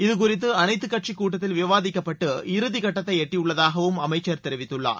இது குறித்து அனைத்து கட்சி கூட்டத்தில் விவாதிக்கப்பட்டு இறுதி கட்டத்தை எட்டியுள்ளதாகவும் அமைச்சர் தெரிவித்துள்ளார்